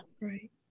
Right